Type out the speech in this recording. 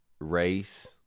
race